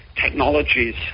technologies